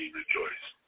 rejoice